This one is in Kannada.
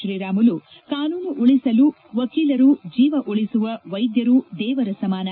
ಶ್ರೀರಾಮುಲು ಕಾನೂನು ಉಳಿಸುವ ವಕೀಲರು ಜೀವ ಉಳಿಸುವ ವೈದ್ಯರು ದೇವರ ಸಮಾನ